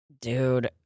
Dude